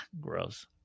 gross